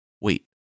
Wait